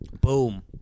Boom